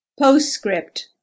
Postscript